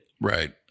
Right